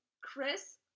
Chris